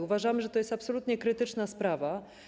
Uważamy, że to jest absolutnie krytyczna sprawa.